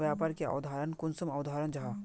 व्यापार की अवधारण कुंसम अवधारण जाहा?